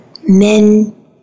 men